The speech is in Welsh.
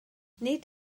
nid